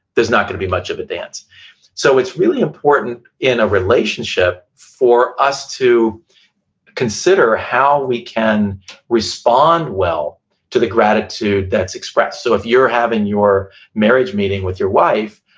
there's not going to be much of a dance so it's really important in a relationship for us to consider how we can respond well to the gratitude that's expressed. so if you're having your marriage meeting with your wife,